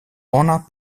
ona